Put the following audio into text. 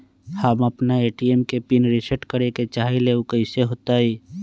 हम अपना ए.टी.एम के पिन रिसेट करे के चाहईले उ कईसे होतई?